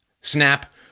SNAP